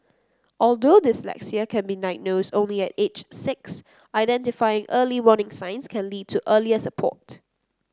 although dyslexia can be diagnosed only at age six identifying early warning signs can lead to earlier support